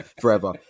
forever